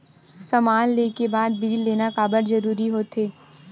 समान ले के बाद बिल लेना काबर जरूरी होथे?